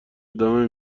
ادامه